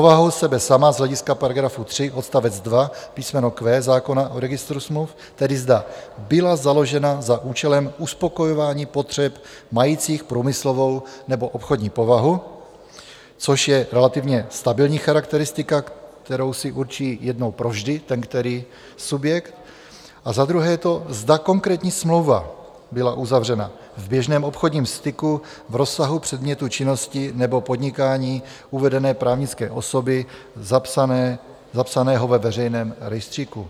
Za prvé, povahou sebe sama z hlediska § 3 odst. 2 písmeno q) zákona o registru smluv, tedy zda byla založena za účelem uspokojování potřeb majících průmyslovou nebo obchodní povahu, což je relativně stabilní charakteristika, kterou si určí jednou provždy ten který subjekt, a za druhé to, zda konkrétní smlouva byla uzavřena v běžném obchodním styku v rozsahu předmětu činnosti nebo podnikání uvedené právnické osoby zapsané ve veřejném rejstříku.